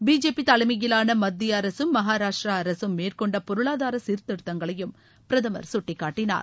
BJP தலைமையிலாள மத்திய அரசும் மகாராஷ்ட்ரா அரசும் மேற்கொண்ட பொருளாதார சீர்திருத்தங்களையும் பிரதமர் சுட்டிக்காட்டினார்